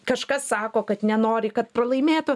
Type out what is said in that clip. kažkas sako kad nenori kad pralaimėtų